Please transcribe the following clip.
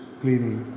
cleaning